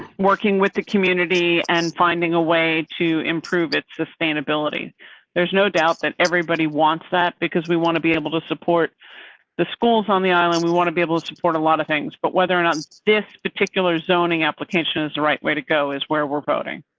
working with the community and finding a way to improve it sustainability there's no doubt that everybody wants that, because we want to be able to support the schools on the island. we want to be able to support a lot of things, but whether or not this particular zoning application is the right way to go is where we're voting.